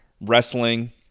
wrestling